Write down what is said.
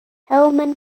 hillman